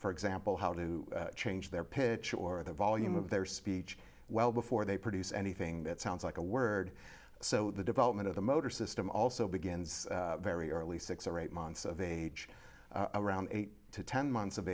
for example how to change their pitch or the volume of their speech well before they produce anything that sounds like a word so the development of the motor system also begins very early six or eight months of age around eight to ten months of